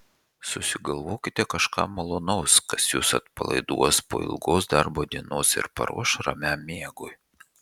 susigalvokite kažką malonaus kas jus atpalaiduos po ilgos darbo dienos ir paruoš ramiam miegui